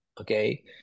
okay